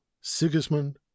sigismund